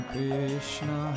Krishna